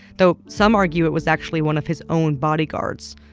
though some argue it was actually one of his own bodyguards.